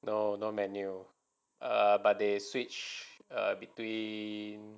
no no menu but they switch uh between